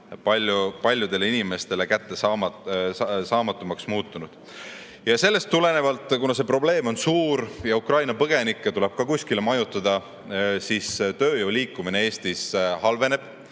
paljudele inimestele kättesaamatumaks muutunud. Sellest tulenevalt, kuna probleem on suur ja Ukraina põgenikke tuleb ka kuskile majutada, tööjõu liikumine Eestis halveneb.